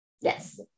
Yes